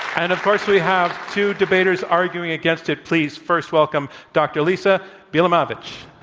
kind of course, we have two debaters arguing against it. please, first welcome dr. lisa bielamowicz.